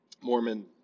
Mormon